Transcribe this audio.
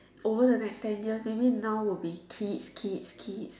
over the next ten years maybe now would be kids kids kids